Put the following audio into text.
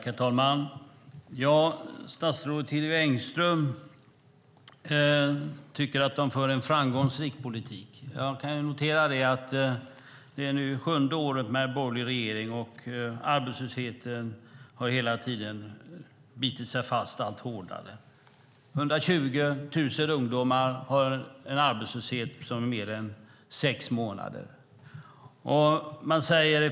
Herr talman! Statsrådet Hillevi Engström tycker att regeringen för en framgångsrik politik. Jag kan notera att det nu är sjunde året med en borgerlig regering och att arbetslösheten hela tiden har bitit sig fast allt hårdare. 120 000 ungdomar har varit arbetslösa i mer än sex månader.